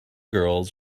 girls